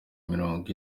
mirongo